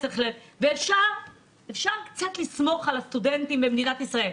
ואפשר קצת לסמוך על הסטודנטים במדינת ישראל.